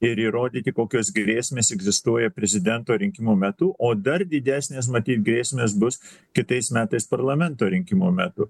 ir įrodyti kokios grėsmės egzistuoja prezidento rinkimų metu o dar didesnės matyt grėsmės bus kitais metais parlamento rinkimų metu